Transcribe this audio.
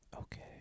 okay